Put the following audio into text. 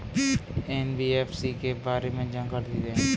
NBFC के बारे में जानकारी दें?